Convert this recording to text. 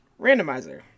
randomizer